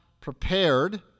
prepared